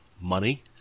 Money